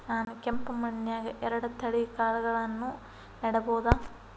ನಾನ್ ಕೆಂಪ್ ಮಣ್ಣನ್ಯಾಗ್ ಎರಡ್ ತಳಿ ಕಾಳ್ಗಳನ್ನು ನೆಡಬೋದ?